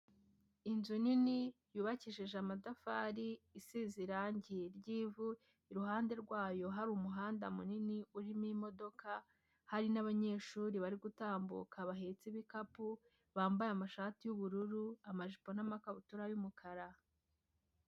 Inzu nini yubakishije amatafari, isize irangi ry'ivu, iruhande rwayo hari umuhanda munini urimo imodoka, hari n'abanyeshuri bari gutambuka bahetse ibikapu, bambaye amashati y'ubururu, amajipo n'amakabutura y'umukara.